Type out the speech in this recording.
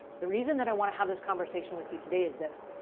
the reason that i want to have this conversation with you today is this,